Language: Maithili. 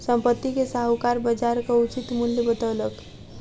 संपत्ति के साहूकार बजारक उचित मूल्य बतौलक